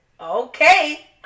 Okay